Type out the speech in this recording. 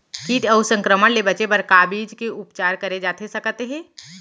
किट अऊ संक्रमण ले बचे बर का बीज के उपचार करे जाथे सकत हे?